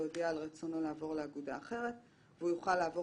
להודיע על רצונו לעבור לאגודה אחרת והוא יוכל לעבור